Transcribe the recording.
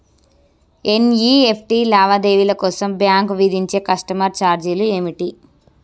NEFT లావాదేవీల కోసం bank విధించే కస్టమర్ ఛార్జీలు ఏమిటి?